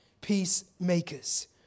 peacemakers